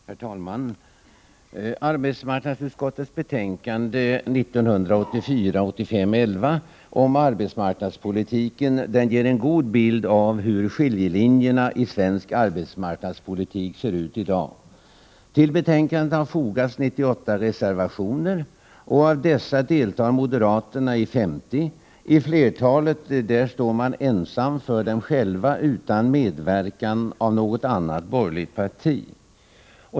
Herr talman! Arbetsmarknadsutskottets betänkande 1984/85:11 om arbetsmarknadspolitiken ger en god bild av hur skiljelinjerna i svensk arbetsmarknadspolitik ser ut i dag. Till betänkandet har fogats 98 reservationer. Av dessa deltar moderaterna i 50. I flertalet fall står man själv för dessa reservationer, utan medverkan av något annat borgerligt parti.